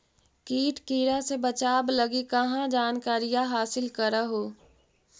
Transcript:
किट किड़ा से बचाब लगी कहा जानकारीया हासिल कर हू?